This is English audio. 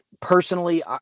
personally